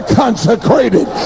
consecrated